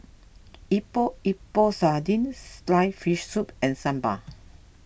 Epok Epok Sardin Sliced Fish Soup and Sambal